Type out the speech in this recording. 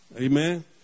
Amen